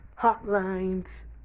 hotlines